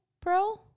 Pro